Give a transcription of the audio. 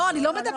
ממש לא.